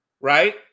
right